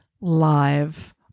live